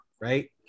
Right